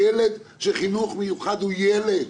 שחינוך מיוחד הוא ילד.